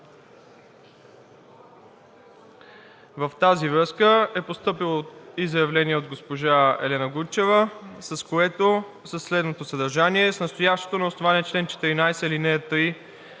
В тази връзка е постъпило и заявление от госпожа Елена Гунчева със следното съдържание: „С настоящото, на основание чл. 14, ал. 3